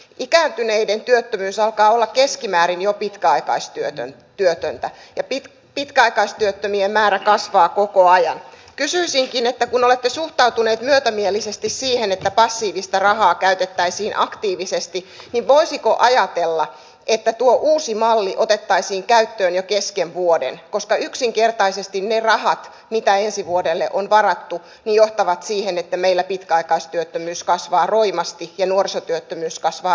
n ikääntyneiden työttömyys alkaa olla keskimäärin jo pitkäaikaistyötön työtöntä ja piti pitkäaikaistyöttömien määrä kasvaa koko ajan kysyisinkin että kun olette suhtautuneet myötämielisesti siihen että passiivista rahaa käytettäisiin aktiivisesti niin voisiko mustahan ei puhumalla muutu valkoiseksi ei kuntien valtionosuuksissa eikä näitten ministeriön alaisten laitosten määrärahaleikkausten osalta mutta tärkeää on myös tietää mitä nuo päätökset tarkoittavat ja nuorisotyöttömyys kasvaa